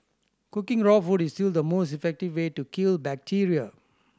cooking raw food is still the most effective way to kill bacteria